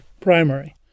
primary